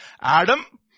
Adam